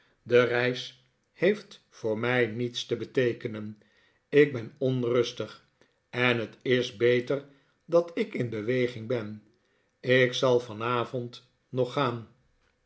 de reis heeft voor mij niets te beteekenen ik ben onrustig en het is beter dat ik in beweging ben ik zal vanavond nog gaan